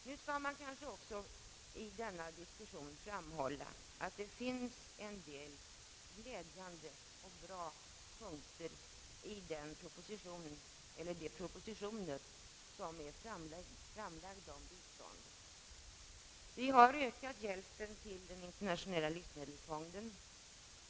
Nu skall man kanske också i denna diskussion framhålla att det finns en del glädjande och bra punkter i de propositioner om bistånd som är framlagda. Vi har ökat hjälpen till den internationella livsmedelsfonden.